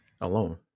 alone